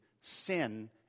sin